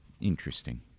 Interesting